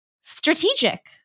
strategic